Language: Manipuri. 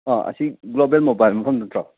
ꯑꯥ ꯑꯁꯤ ꯒ꯭ꯂꯣꯕꯦꯜ ꯃꯣꯕꯥꯏꯜ ꯃꯐꯝ ꯅꯠꯇ꯭ꯔꯣ